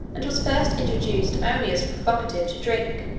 and was first introduced only as provocative to drink,